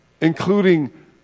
Including